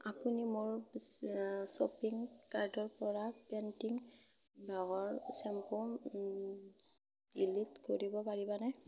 আপুনি মোৰ শ্বপিং কাৰ্টৰ পৰা পেণ্টীন ড'ভৰ শ্বেম্পু ডিলিট কৰিব পাৰিবানে